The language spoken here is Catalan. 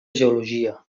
geologia